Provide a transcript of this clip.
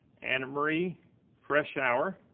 and annmarie freshour,